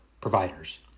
providers